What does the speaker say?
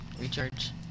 recharge